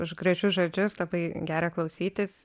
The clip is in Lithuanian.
už gražius žodžius labai gera klausytis